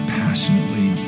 passionately